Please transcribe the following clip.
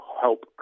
help